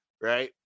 Right